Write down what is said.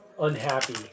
unhappy